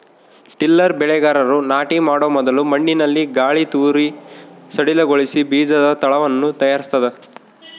tiller ಬೆಳೆಗಾರರು ನಾಟಿ ಮಾಡೊ ಮೊದಲು ಮಣ್ಣಿನಲ್ಲಿ ಗಾಳಿತೂರಿ ಸಡಿಲಗೊಳಿಸಿ ಬೀಜದ ತಳವನ್ನು ತಯಾರಿಸ್ತದ